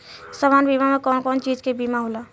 सामान्य बीमा में कवन कवन चीज के बीमा होला?